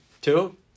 Two